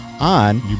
on